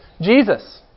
Jesus